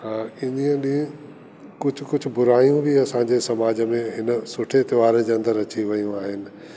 अ इन्हीअ ॾींहु कुझु कुझु बुराइयूं बि असांजे समाज में हिन सुठे त्योहारु जे अंदरि अची वियूं आहिनि